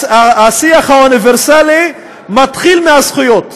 השיח האוניברסלי מתחיל מהזכויות,